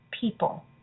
people